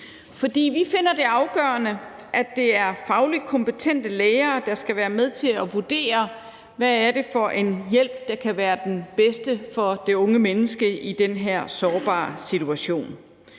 For vi finder det afgørende, at det er fagligt kompetente læger, der skal være med til at vurdere, hvad det er for en hjælp, der kan være den bedste for det unge menneske i den her sårbare situation.